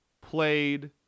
played